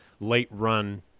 late-run